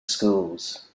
schools